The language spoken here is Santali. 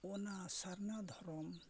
ᱚᱱᱟ ᱥᱟᱨᱱᱟ ᱫᱷᱚᱨᱚᱢ